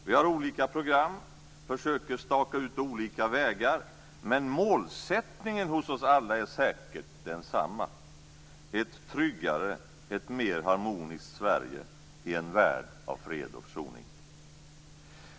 Vi har olika program och försöker staka ut olika vägar, men målsättningen hos oss alla är säkert densamma: ett tryggare, mer harmoniskt Sverige i en värld av fred och försoning.